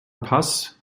paz